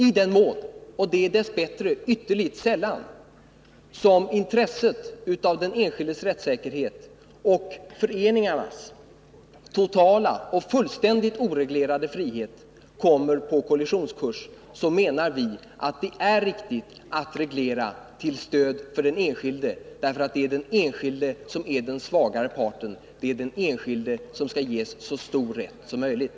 I den mån — och det är dess bättre ytterligt sällan — som den enskildes rättssäkerhet och föreningarnas totala och fullständigt oreglerade frihet kommer på kollisionskurs, så menar vi att det är riktigt att reglera till stöd för den enskilde. Det är den enskilde som är den svagare parten, det är den enskilde som skall ges så stor rätt som möjligt.